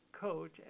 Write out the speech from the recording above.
coach